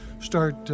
start